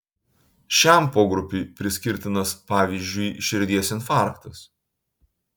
šiam pogrupiui priskirtinas pavyzdžiui širdies infarktas